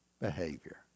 behavior